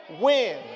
win